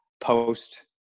post